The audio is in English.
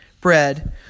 bread